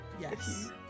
Yes